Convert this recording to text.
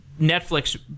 Netflix